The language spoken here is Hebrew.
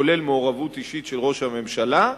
כולל מעורבות אישית של ראש הממשלה,